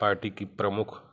party की प्रमुख